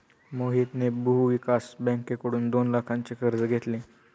मोहितने भूविकास बँकेकडून दोन लाखांचे कर्ज घेतले